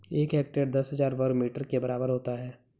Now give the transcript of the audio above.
एक हेक्टेयर दस हज़ार वर्ग मीटर के बराबर होता है